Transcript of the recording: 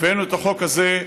הבאנו את החוק הזה,